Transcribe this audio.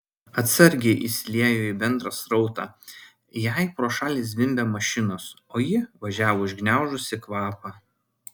atsargiai įsiliejo į bendrą srautą jai pro šalį zvimbė mašinos o ji važiavo užgniaužusi kvapą